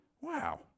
Wow